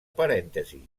parèntesis